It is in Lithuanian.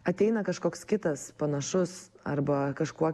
ateina kažkoks kitas panašus arba kažkuo